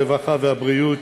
הרווחה והבריאות,